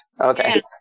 Okay